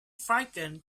frightened